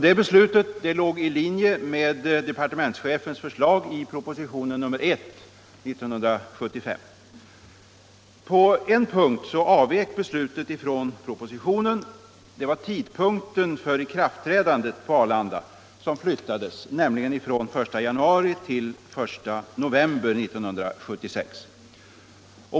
Det beslutet låg i linje med departementschefens förslag i propositionen 1 år 1975. På en punkt avvek beslutet från förslaget i propositionen. Tidpunkten för ikraftträdandet på Arlanda flyttades från 1 januari till I november 1976.